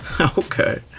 okay